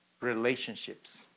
relationships